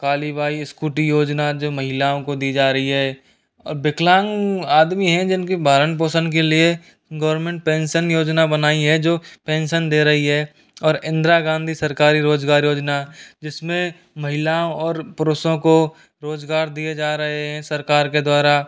Kalibai scooty योजना जो महिलाओं को दी जा रही है और विकलांग आदमी है जिनके भरण पोषण के लिए गवरमेंट पेंशन योजना बनाई है जो पेंशन दे रही है और इंदिरा गांधी सरकारी रोज़गार योजना जिसमें महिलाओं और पुरुषों को रोज़गार दिए जा रहे हैं सरकार के द्वारा